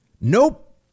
Nope